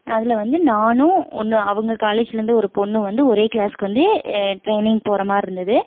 அதில் வந்து நானும் ஒன்று அவங்க காலேஜில் இருந்து ஒரு பொண்ணும் வந்து ஒரு கிளாசுக்கு வந்து ட்ரைனிங் போகிற மாரி இருந்தது